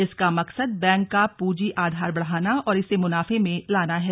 इसका मकसद बैंक का पूंजी आधार बढ़ाना और इसे मुनाफे में लाना है